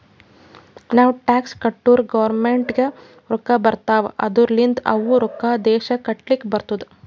ನಾವ್ ಟ್ಯಾಕ್ಸ್ ಕಟ್ಟುರ್ ಗೌರ್ಮೆಂಟ್ಗ್ ರೊಕ್ಕಾ ಬರ್ತಾವ್ ಅದೂರ್ಲಿಂದ್ ಅವು ರೊಕ್ಕಾ ದೇಶ ಕಟ್ಲಕ್ ಬರ್ತುದ್